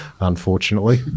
unfortunately